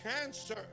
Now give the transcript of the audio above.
cancer